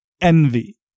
Envy